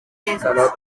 xinesos